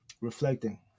reflecting